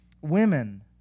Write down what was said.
women